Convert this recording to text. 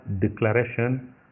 declaration